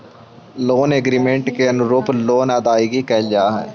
loan agreement के अनुरूप loan के अदायगी कैल जा हई